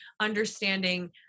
understanding